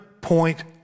point